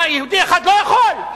יהודי אחד לא יכול.